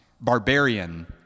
barbarian